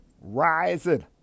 rising